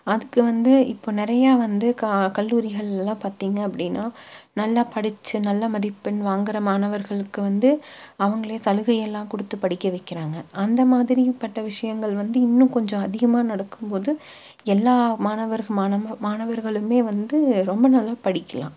அதுக்கு வந்து இப்போ நிறையா வந்து கா கல்லூரிகள்லலாம் பார்த்திங்க அப்படினா நல்லா படித்து நல்ல மதிப்பெண் வாங்கிற மாணவர்களுக்கு வந்து அவங்களே சலுகை எல்லாம் கொடுத்து படிக்க வைக்கிறாங்க அந்த மாதிரி பட்ட விஷயங்கள் வந்து இன்னும் கொஞ்சம் அதிகமாக நடக்கும்போது எல்லா மாணவர்கள் மாணவ மாணவர்களுமே வந்து ரொம்ப நல்லா படிக்கலாம்